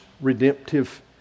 redemptive